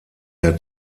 der